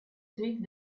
streak